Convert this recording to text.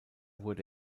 wurde